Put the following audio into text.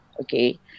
Okay